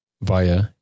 via